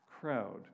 crowd